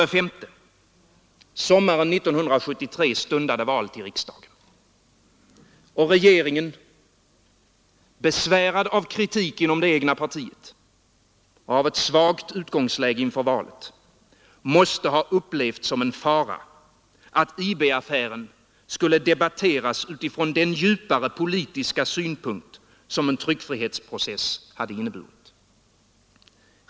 Sommaren 1973 stundade val till riksdagen. Regeringen, besvärad av kritik inom det egna partiet och av ett svagt utgångsläge inför valet, måste ha upplevt som en fara att IB-affären skulle debatteras utifrån den djupare politiska synpunkt som en tryckfrihetsprocess hade inneburit.